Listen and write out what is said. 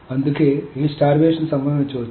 అందుకే ఈ స్టార్వేషన్ సంభవించవచ్చు